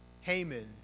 Haman